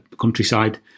countryside